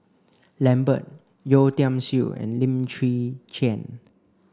Lambert Yeo Tiam Siew and Lim Chwee Chian